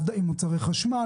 מוצרי חשמל,